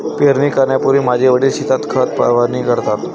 पेरणी करण्यापूर्वी माझे वडील शेतात खत फवारणी करतात